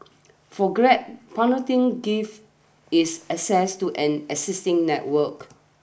for Grab partnering gives is access to an existing network